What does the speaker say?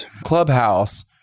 Clubhouse